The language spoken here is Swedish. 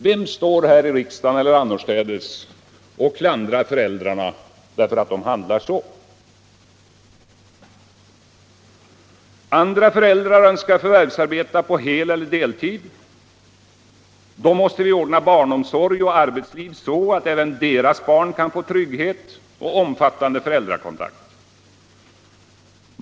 Vem står här i riksdagen eller annorstädes och klandrar föräldrarna därför att de handlar så? Andra föräldrar önskar förvärvsarbeta på hel eller deltid. Då måste vi ordna barnomsorg och arbetsliv så att även deras barn kan få trygghet och omfattande föräldrakontakt.